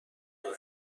انقد